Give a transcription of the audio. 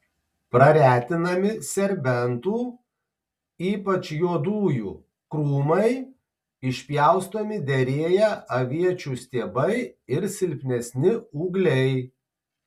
praretinami serbentų ypač juodųjų krūmai išpjaustomi derėję aviečių stiebai ir silpnesni ūgliai